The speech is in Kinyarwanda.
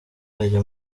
aya